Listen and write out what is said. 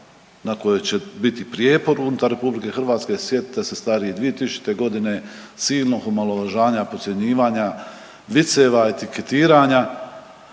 na kojoj će biti prijepor unutar RH. Sjetite se stariji 2000. godine silnog omalovažavanja, podcjenjivanja, viceva, etiketiranja